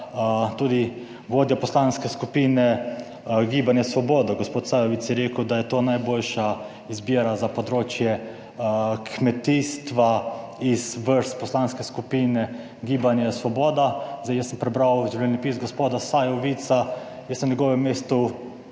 tudi vodja Poslanske skupine Gibanje svoboda, gospod Sajovic, je rekel, da je to najboljša izbira za področje kmetijstva iz vrst Poslanske skupine Gibanje Svoboda. Zdaj, jaz sem prebral življenjepis gospoda Sajovica, jaz na njegovem mestu